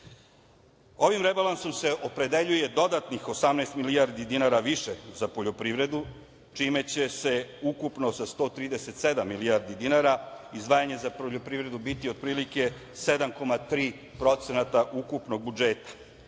Ovim rebalansom se opredeljuje dodatnih 18 milijardi dinara više za poljoprivredu, čime će se ukupno sa 137 milijardi dinara izdvajanje za poljoprivredu biti otprilike 7,3% ukupnog budžeta.